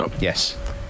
Yes